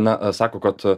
na sako kad